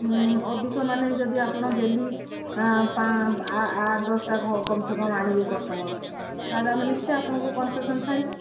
ଅଧିକ ମାନେ ଯଦି ଆପଣ ଡେଲି ଆଠ ଦଶଟା କମ୍ ସେେ କମ୍ ଆଣିବେ କଷ୍ଟମର ତାହେଲେ ଆମେ ନିଶ୍ଚୟ ଆପଣଙ୍କୁ କନସେସନ୍ ଛାଡ଼ିବୁ